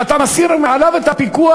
ואתה מסיר מעליו את הפיקוח,